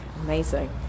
Amazing